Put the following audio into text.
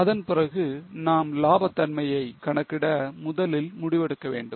அதன் பிறகு நாம் லாப தன்மையை கணக்கிட முதலில் முடிவெடுக்க வேண்டும்